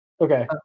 Okay